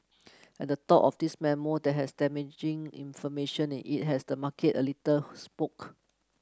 and the talk of this memo that has damaging information in it has the market a little spook